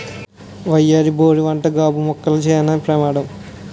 వయ్యారి బోరు వంటి గాబు మొక్కలు చానా ప్రమాదం